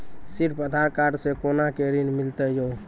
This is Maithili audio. सिर्फ आधार कार्ड से कोना के ऋण मिलते यो?